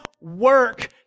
work